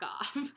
off